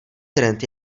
trend